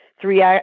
three